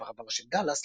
פרבר של דאלאס,